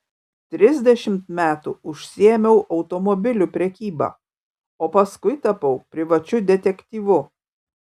trisdešimt metų užsiėmiau automobilių prekyba o paskui tapau privačiu detektyvu